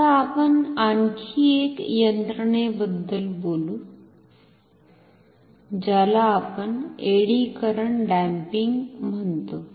आता आपण आणखी एक यंत्रणेबद्दल बोलू ज्याला आपण एडी करंट डॅम्पिंग म्हणतो